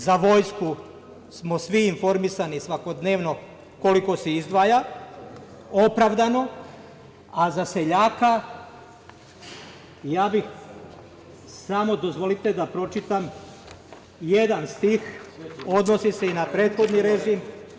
Za vojsku smo svi informisani svakodnevno koliko se izdvaja, opravdano, a za seljaka, ja bih samo, dozvolite, da pročitam jedan stih, odnosi se i na prethodni režim.